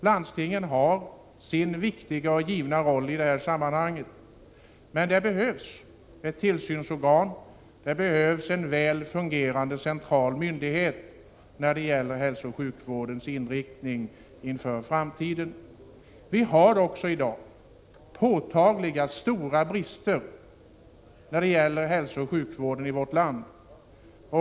Landstingen har sin viktiga och givna roll i detta sammanhang, men det behövs ett tillsynsorgan, det behövs en väl fungerande central myndighet, som kan följa hälsooch sjukvårdens inriktning inför framtiden. Vi har också i dag påtagliga stora brister när det gäller hälsooch sjukvården i vårt land.